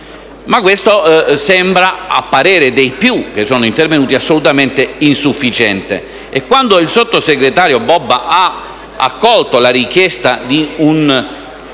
ma questo sembra, a parere dei più che sono intervenuti, assolutamente insufficiente. Infatti quando il sottosegretario Bobba ha accolto la richiesta di una